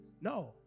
No